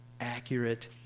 accurate